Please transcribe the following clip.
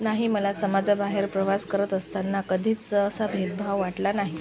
नाही मला समाजामध्ये प्रवास करत असताना कधीच असा भेदभाव वाटला नाही